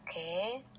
Okay